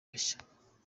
bashya